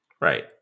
Right